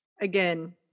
Again